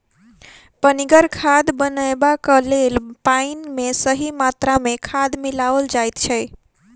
पनिगर खाद बनयबाक लेल पाइन मे सही मात्रा मे खाद मिलाओल जाइत छै